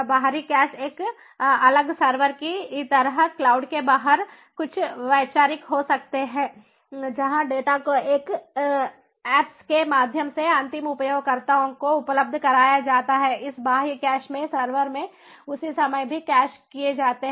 बाहरी कैश एक अलग सर्वर की तरह क्लाउड के बाहर कुछ वैचारिक हो सकता है जहां डेटा को इस ऐप्स के माध्यम से अंतिम उपयोगकर्ताओं को उपलब्ध कराया जाता है इस बाह्य कैश में सर्वर में उसी समय भी कैश किए जाते हैं